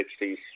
60s